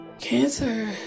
Cancer